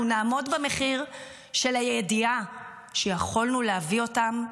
נעמוד במחיר של הידיעה שיכולנו להביא אותם,